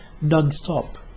Non-stop